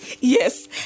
yes